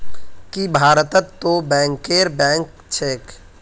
की भारतत तो बैंकरेर बैंक छेक